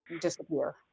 disappear